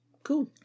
Cool